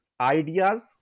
ideas